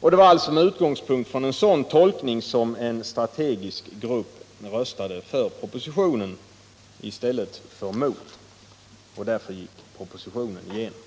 Det var alltså med utgångspunkt i en sådan tolkning som en strategisk grupp röstade för propositionen i stället för mot, och därför gick propositionen igenom.